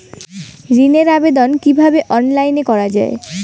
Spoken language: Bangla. ঋনের আবেদন কিভাবে অনলাইনে করা যায়?